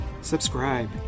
subscribe